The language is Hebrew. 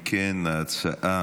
אם כן, ההצעה